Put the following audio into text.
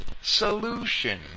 solution